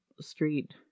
street